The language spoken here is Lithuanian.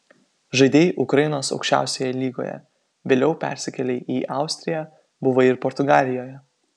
žaidei ukrainos aukščiausioje lygoje vėliau persikėlei į austriją buvai ir portugalijoje